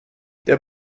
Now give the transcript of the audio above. der